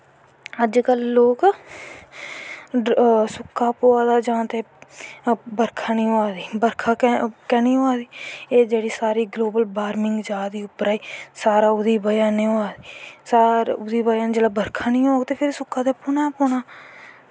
अज्ज कल लोग सुक्का पवा दा जां ते बर्खा नी होआ दी बर्खा कैंह् नी होआ दी एह् जेह्की गलोवल बार्मिंग जा दी उप्परे गी ओह्दी बज़ह् नै होआ दी ओह्दी बज़ह् नै जिसलै बर्खा नी पौग ते फिर सुक्का नी पौनां